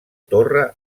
torre